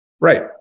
Right